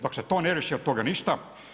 Dok se to ne riješi, od toga ništa.